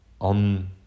on